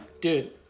Dude